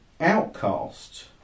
Outcast